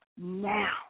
now